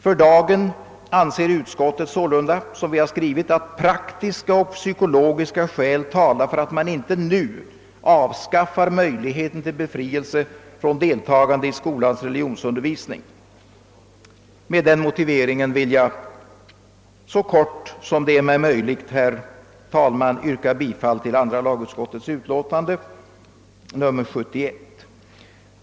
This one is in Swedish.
Utskottet anser sålunda, som vi har skrivit, att praktiska och psykologiska skäl talar för att man inte nu avskaffar möjligheten till befrielse från deltagande i skolans religionsundervisning. Med den motiveringen vill jag i korthet, herr talman, yrka bifall till andra lagutskottets hemställan i utlåtande nr 71.